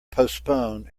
postpone